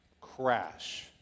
crash